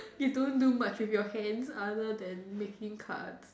you don't do much with your hands other than making cards